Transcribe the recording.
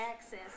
Access